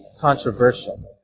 controversial